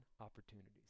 opportunities